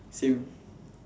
same